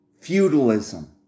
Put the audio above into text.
Feudalism